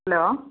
hello